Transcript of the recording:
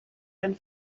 ein